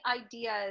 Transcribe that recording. ideas